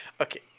Okay